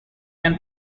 can